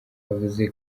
yavuze